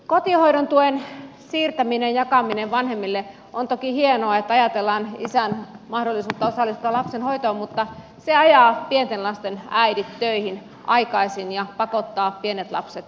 kotihoidon tuen jakaminen vanhemmille on toki hienoa että ajatellaan isän mahdollisuutta osallistua lapsen hoitoon mutta se ajaa pienten lasten äidit töihin aikaisin ja pakottaa pienet lapset tarhaan